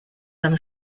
them